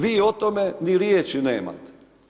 Vi o tome ni riječi nema.